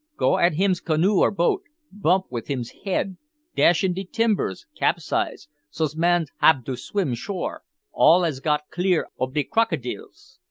go at him's canoe or boat bump with him's head dash in de timbers capsize, so's man hab to swim shore all as got clear ob de crokidils.